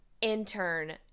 intern